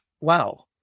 wow